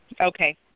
Okay